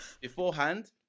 beforehand